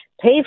pay